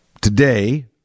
today